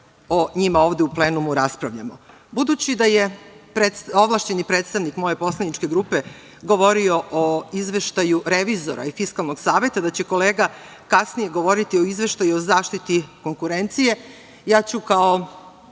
o njima ovde u plenumu raspravljamo. Budući da je ovlašćeni predstavnik moje poslaničke grupe govorio o izveštaju revizora i Fiskalnog saveta, da će kolega kasnije govori o izveštaju o zaštiti konkurencije, ja ću kao